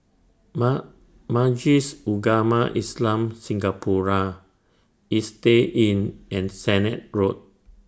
Ma Majlis Ugama Islam Singapura Istay Inn and Sennett Road